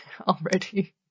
already